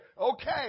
okay